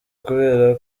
kubera